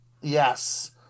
Yes